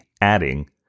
adding